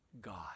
God